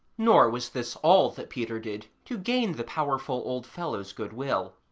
nor was this all that peter did to gain the powerful old fellow's good-will.